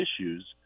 issues